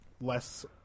less